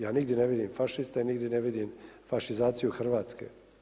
Ja nigdje ne vidim fašista, nigdje ne vidim fašizaciju Hrvatske.